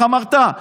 איך אמרת?